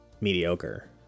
mediocre